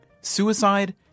suicide